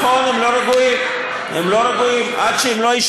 נכון, הם לא רגועים, הם לא רגועים.